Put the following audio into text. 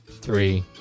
three